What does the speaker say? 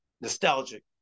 nostalgic